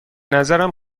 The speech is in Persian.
نظرم